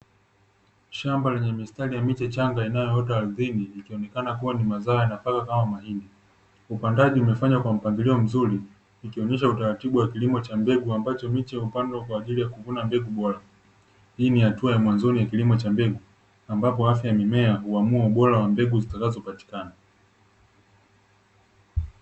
Shamba lenye mistari ya miche changa inayoota ardhini ikionekana na mazao ya nafaka kama vile mahindi, upandaji umefanywa kwa mpangilio mzuri ikionesha utaratibu wa kilimo cha mbegu ambacho miche hupandwa kwa ajili ya kuvuna mbegu bora. Hii ni hatua ya mwanzoni ya kilimo cha mbegu ambapo afya ya mimea huamua ubora wa mbegu zitakazopatikana.